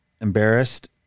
embarrassed